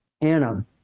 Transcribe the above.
Anna